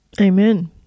Amen